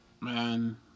man